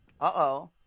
Uh-oh